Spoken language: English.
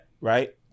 right